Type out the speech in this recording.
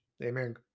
amen